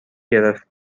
گرفت